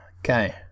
Okay